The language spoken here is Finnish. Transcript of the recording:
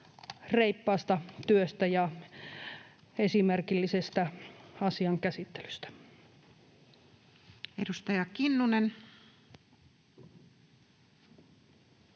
reippaasta työstä ja esimerkillisestä asian käsittelystä. [Speech